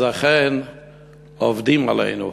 אכן עובדים עלינו.